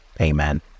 Amen